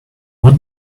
what